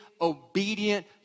obedient